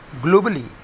globally